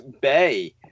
Bay